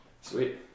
Sweet